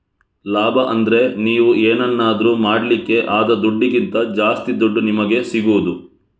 ಲಾಭ ಅಂದ್ರೆ ನೀವು ಏನನ್ನಾದ್ರೂ ಮಾಡ್ಲಿಕ್ಕೆ ಆದ ದುಡ್ಡಿಗಿಂತ ಜಾಸ್ತಿ ದುಡ್ಡು ನಿಮಿಗೆ ಸಿಗುದು